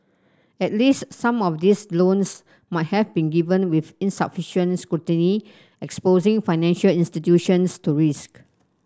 at least some of these loans might have been given with insufficient scrutiny exposing financial institutions to risk